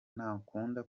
ntakunda